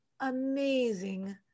amazing